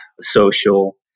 social